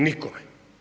Nikome.